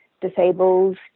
disabled